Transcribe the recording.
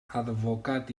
advocat